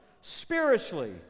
spiritually